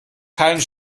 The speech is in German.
keinen